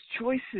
choices